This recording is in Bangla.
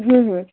হুম হুম